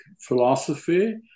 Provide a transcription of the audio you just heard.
philosophy